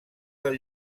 del